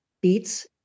beets